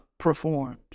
performed